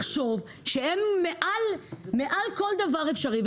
לחשוב שהם מעל כל דבר אפשרי,